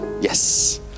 yes